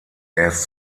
erst